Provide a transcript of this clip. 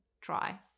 try